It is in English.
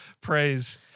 Praise